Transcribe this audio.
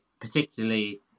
particularly